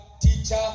teacher